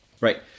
Right